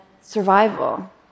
survival